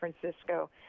Francisco